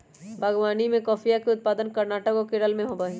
बागवनीया में कॉफीया के उत्पादन कर्नाटक और केरल में होबा हई